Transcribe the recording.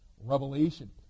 Revelation